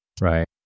right